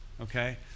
Okay